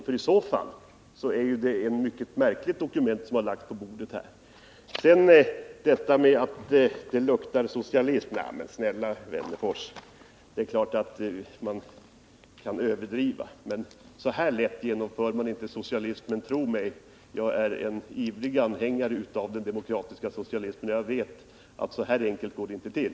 I så fall är det ett mycket märkligt dokument som har lagts på riksdagens bord. Sedan detta att det luktar socialism. Men snälla herr Wennerfors, det är klart att man kan överdriva, men så lätt genomför man inte socialism. Tro mig. Jag är en ivrig anhängare av den demokratiska socialismen. Jag vet att så här enkelt går det inte till.